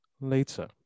later